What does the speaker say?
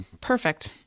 perfect